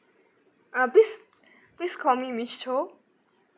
err please please call me miss cho